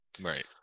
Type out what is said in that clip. right